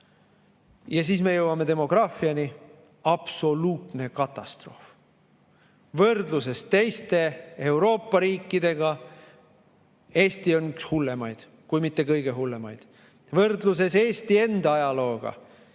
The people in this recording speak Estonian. siis me jõuame demograafiani. Absoluutne katastroof! Võrdluses teiste Euroopa riikidega on Eesti [olukord] üks hullemaid, kui mitte kõige hullem. Võrdlus Eesti enda ajalooga: